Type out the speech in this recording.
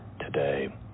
today